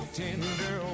tender